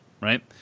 right